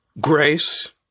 Grace